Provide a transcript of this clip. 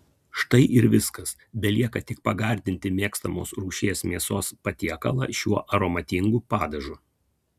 štai ir viskas belieka tik pagardinti mėgstamos rūšies mėsos patiekalą šiuo aromatingu padažu